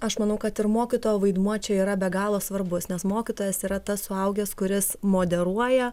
aš manau kad ir mokytojo vaidmuo čia yra be galo svarbus nes mokytojas yra tas suaugęs kuris moderuoja